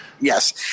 Yes